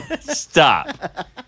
Stop